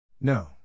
No